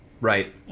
Right